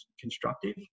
constructive